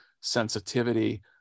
sensitivity